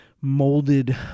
molded